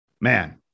man